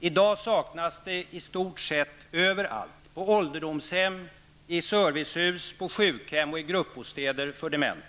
I dag saknas platser i stort sett överallt: på ålderdomshem, i servicehus, på sjukhem och i gruppbostäder för dementa.